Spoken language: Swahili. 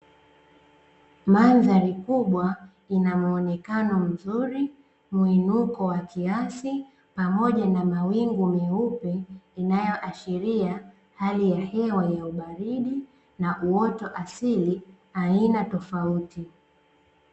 Mandhari kubwa ina mwonekano mzuri, mwinuko wa kiasi, pamoja na mawingu meupe, inayoashiria hali ya hewa ya ubaridi na uoto asili aina tofauti.